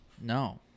no